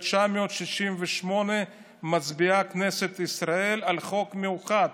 וב-1968 מצביעה כנסת ישראל על חוק מיוחד,